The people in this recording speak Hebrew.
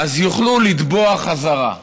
יוכלו לתבוע חזרה.